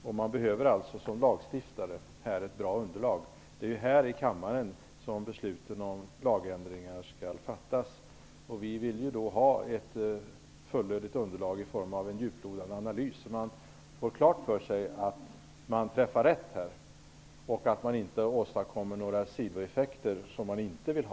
Vad man behöver som lagstiftare är ett bra underlag. Det är ju här i kammaren som besluten om lagändringar skall fattas. Vi vill ha ett fullödigt underlag i form av en djuplodande analys, så att vi får klart för oss att vi träffar rätt och att vi inte åstadkommer några sidoeffekter som vi inte vill ha.